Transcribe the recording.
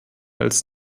als